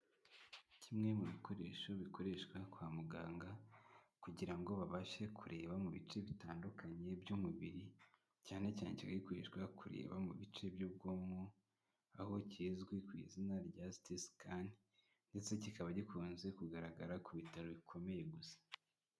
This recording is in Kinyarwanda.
Kimwe mu bikoresho bikoreshwa kwa muganga, kugira ngo babashe kureba mu bice bitandukanye by'umubiri, cyane cyane kikaba gikoreshwa kureba mu bice by'ubwonko, aho kizwi ku izina rya siti sikane ndetse kikaba gikunze kugaragara ku bitaro bikomeye gusa.